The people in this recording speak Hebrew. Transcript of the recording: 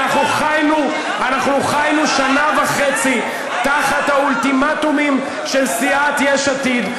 אנחנו חיינו שנה וחצי תחת האולטימטומים של סיעת יש עתיד,